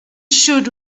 should